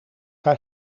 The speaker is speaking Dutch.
haar